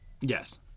Yes